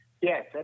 Yes